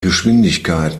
geschwindigkeit